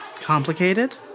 Complicated